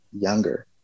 younger